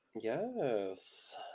Yes